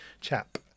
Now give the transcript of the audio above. chap